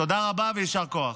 תודה רבה ויישר כוח.